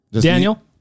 Daniel